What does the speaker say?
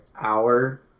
hour